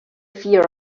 fear